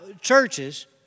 churches